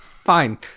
fine